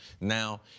now